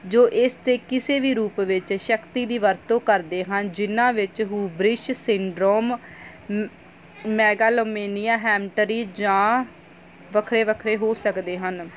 ਜੋ ਇਸ 'ਤੇ ਕਿਸੇ ਵੀ ਰੂਪ ਵਿੱਚ ਸ਼ਕਤੀ ਦੀ ਵਰਤੋਂ ਕਰਦੇ ਹਨ ਜਿਹਨਾਂ ਵਿੱਚ ਹੂ ਬ੍ਰਿਸ਼ ਸਿੰਡਰੋਮ ਮ ਮੈਗਾਲੋਮੀਨੀਆ ਹੈਮਟਰੀ ਜਾਂ ਵੱਖਰੇ ਵੱਖਰੇ ਹੋ ਸਕਦੇ ਹਨ